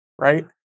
right